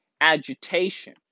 agitation